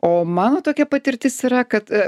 o mano tokia patirtis yra kad